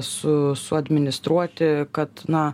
su suadministruoti kad na